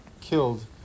killed